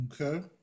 Okay